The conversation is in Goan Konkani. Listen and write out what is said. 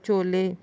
छोले